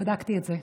בדקתי את זה.